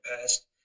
past